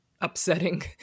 upsetting